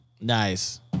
Nice